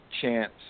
chance